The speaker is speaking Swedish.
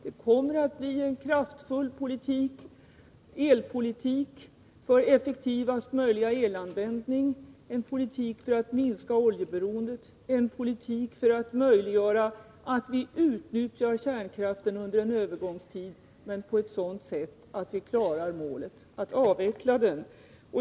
Det kommer att bli en kraftfull elpolitik för effektivaste möjliga elanvändning, en politik för att minska oljeberoendet, en politik för att möjliggöra att vi utnyttjar kärnkraften under en övergångstid men på ett sådant sätt att vi klarar målet att avveckla den.